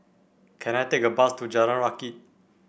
can I take a bus to Jalan Rakit